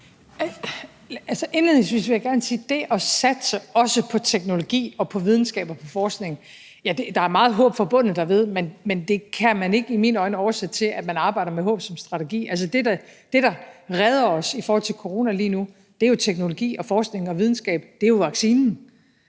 vil jeg gerne sige, at det at satse også på teknologi og på videnskab og på forskning er der meget håb forbundet med, men det kan man i mine øjne ikke oversætte til, at man arbejder med håb som strategi. Altså, det, der redder os i forhold til corona lige nu, er jo teknologi og forskning og videnskab – det er jo vaccinen.